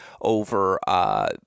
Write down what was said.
over